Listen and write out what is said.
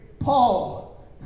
Paul